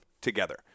together